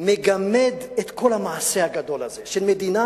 מגמד את כל המעשה הגדול הזה של מדינה